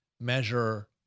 measure